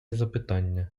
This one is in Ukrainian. запитання